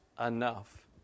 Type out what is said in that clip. enough